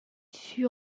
fût